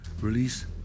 Release